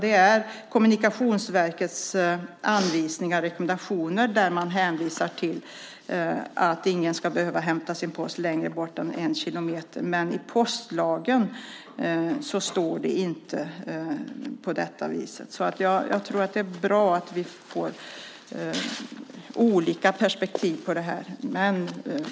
Det är Kommunikationsverkets rekommendation att ingen ska behöva hämta sin post längre bort än en kilometer, men detta står inte i postlagen. Jag tror att det är bra att vi får olika perspektiv på detta.